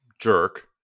jerk